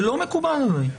זה לא מקובל עלי.